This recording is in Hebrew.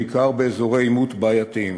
בעיקר באזורי עימות בעייתיים.